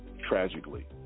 tragically